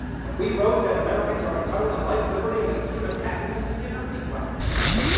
when we wrote that americans are entitled to life, liberty and the pursuit of happiness, we did not mean black americans.